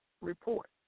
report